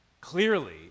clearly